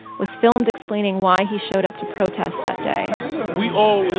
was filmed explaining why he showed up to protest that day we all